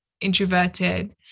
introverted